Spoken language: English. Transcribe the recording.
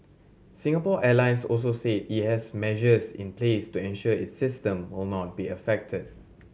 Singapore Airlines also said it has measures in place to ensure its system or not be affected